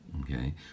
Okay